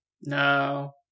No